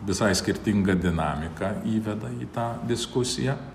visai skirtingą dinamiką įveda į tą diskusiją